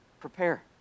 Prepare